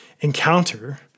encounter